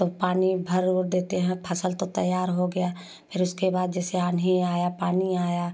तब पानी भर उर देते हैं फसल तो तैयार हो गया फिर उसके बाद जैसे आंधी आया पानी आया